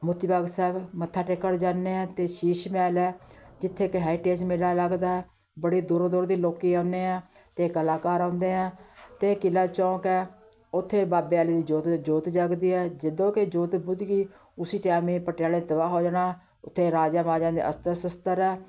ਮੋਤੀ ਬਾਗ ਸਾਹਿਬ ਮੱਥਾ ਟੇਕਣ ਜਾਂਦੇ ਹਾਂ ਅਤੇ ਸ਼ੀਸ਼ ਮਹਿਲ ਹੈ ਜਿੱਥੇ ਕਿ ਹੈਰੀਟੇਜ ਮੇਲਾ ਲੱਗਦਾ ਹੈ ਬੜੀ ਦੂਰੋਂ ਦੂਰ ਦੀ ਲੋਕ ਆਉਂਦੇ ਆ ਅਤੇ ਕਲਾਕਾਰ ਆਉਂਦੇ ਆ ਅਤੇ ਕਿਲ੍ਹਾ ਚੌਂਕ ਹੈ ਉੱਥੇ ਬਾਬੇ ਵਾਲੀ ਜੋਤ ਜੋਤ ਜਗਦੀ ਹੈ ਜਦੋਂ ਕਿ ਜੋਤ ਬੁਝ ਗਈ ਉਸੀ ਟਾਈਮ ਇਹ ਪਟਿਆਲਾ ਤਬਾਹ ਹੋ ਜਾਣਾ ਉੱਥੇ ਰਾਜਿਆਂ ਮਹਾਰਾਜਿਆਂ ਦੇ ਅਸਤਰ ਸ਼ਸਤਰ ਆ